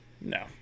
No